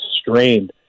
strained